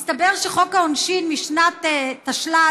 מסתבר שחוק העונשין משנת תשל"ז,